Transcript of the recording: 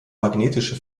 magnetische